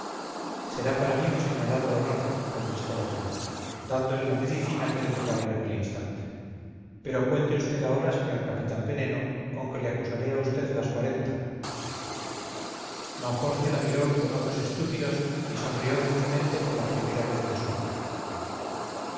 será para mí un señalado honor contestó la joven dándole la medicina que le tocaba en aquel instante pero cuente usted ahora señor capitán veneno con que le acusaré a usted las cuarenta don jorge la miró con ojos estúpidos y sonrió dulcemente por la primera vez de su vida